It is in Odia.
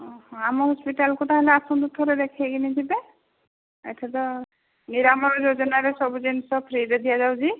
ଅଁ ହଁ ଆମ ହସ୍ପିଟାଲ୍କୁ ତାହାଲେ ଆସନ୍ତୁ ଥରେ ଦେଖେଇକିନି ଯିବେ ଏଠି ତ ନିରାମୟ ଯୋଜନାରେ ସବୁ ଜିନିଷ ଫ୍ରିରେ ଦିଆଯାଉଛି